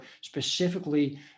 specifically